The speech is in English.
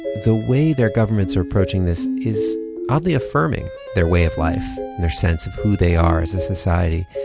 the way their governments are approaching this is oddly affirming their way of life and their sense of who they are as a society,